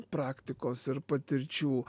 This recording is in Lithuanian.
praktikos ir patirčių